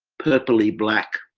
purpley black.